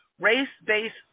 Race-based